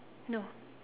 no